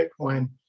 Bitcoin